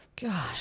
God